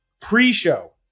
pre-show